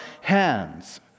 hands